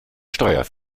steuer